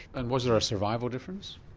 and was there a survival difference?